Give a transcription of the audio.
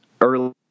early